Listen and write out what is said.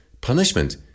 punishment